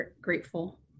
grateful